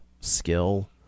skill